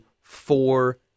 four